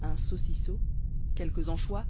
un saucissot quelques anchois